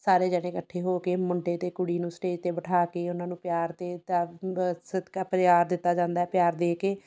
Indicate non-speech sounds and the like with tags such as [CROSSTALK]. ਸਾਰੇ ਜਣੇ ਇਕੱਠੇ ਹੋ ਕੇ ਮੁੰਡੇ ਅਤੇ ਕੁੜੀ ਨੂੰ ਸਟੇਜ 'ਤੇ ਬਿਠਾ ਕੇ ਉਹਨਾਂ ਨੂੰ ਪਿਆਰ ਅਤੇ [UNINTELLIGIBLE] ਸਤਿਕ ਪਿਆਰ ਦਿੱਤਾ ਜਾਂਦਾ ਪਿਆਰ ਦੇ ਕੇ